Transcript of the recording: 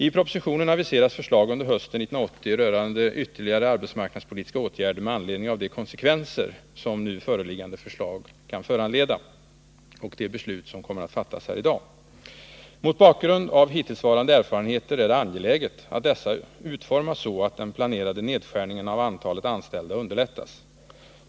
I propositionen aviseras förslag under hösten 1980 rörande ytterligare arbetsmarknadspolitiska åtgärder med anledning av de konsekvenser som nu föreliggande förslag och de beslut som kommer att fattas här i dag kan föranleda. Mot bakgrund av hittillsvarande erfarenheter är det angeläget att dessa åtgärder utformas så att den planerade nedskärningen av antalet anställda underlättas.